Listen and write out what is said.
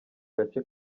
gace